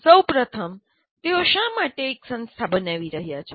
સૌપ્રથમ તેઓ શા માટે એક સંસ્થા બનાવી રહ્યા છે